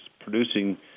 producing